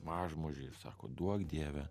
mažmožį ir sako duok dieve